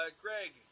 Greg